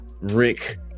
Rick